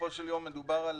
בסופו של יום מדובר על